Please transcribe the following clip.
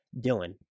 Dylan